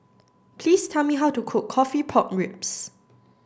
please tell me how to cook coffee pork ribs